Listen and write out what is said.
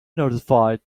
notified